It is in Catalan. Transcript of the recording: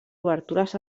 obertures